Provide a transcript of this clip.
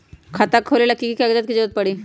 खाता खोले ला कि कि कागजात के जरूरत परी?